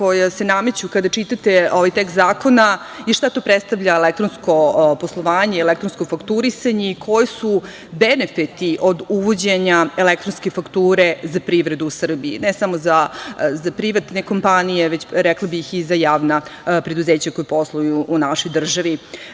koja se nameću kada čitate ovaj tekst zakona i šta to predstavlja elektronsko poslovanje i elektronsko fakturisanje, i koji su benefiti od uvođenja elektronske fakture za privredu u Srbiji, ne samo za privatne kompanije, već, rekla bih, i za javna preduzeća koja posluju u našoj